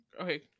Okay